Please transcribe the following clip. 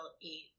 eat